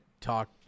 talk